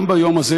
גם ביום הזה,